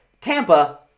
Tampa